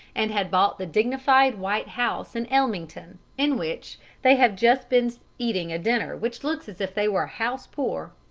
and had bought the dignified white house in ellmington in which they have just been seen eating a dinner which looks as if they were house poor.